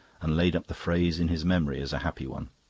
and laid up the phrase in his memory as a happy one.